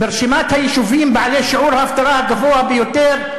היישובים בעלי שיעור האבטלה הגבוה ביותר,